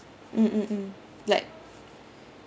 mm mm mm like